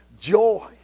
joy